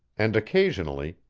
and occasionally,